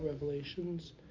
revelations